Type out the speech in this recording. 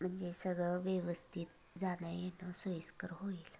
म्हणजे सगळं व्यवस्थित जाणं येणं सोयिस्कर होईल